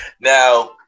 Now